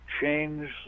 change